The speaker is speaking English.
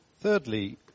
thirdly